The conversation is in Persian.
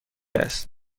است